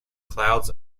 clouds